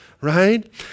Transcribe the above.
right